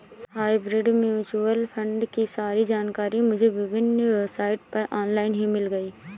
hybrid mutual fund की सारी जानकारी मुझे विभिन्न वेबसाइट पर ऑनलाइन ही मिल गयी